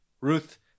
Ruth